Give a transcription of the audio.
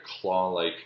claw-like